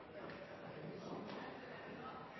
det være sånn